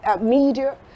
media